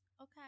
Okay